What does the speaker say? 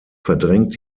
verdrängt